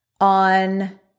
on